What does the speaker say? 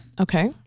Okay